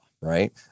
right